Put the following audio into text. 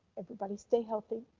everybody stay healthy,